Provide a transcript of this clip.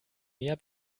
mehr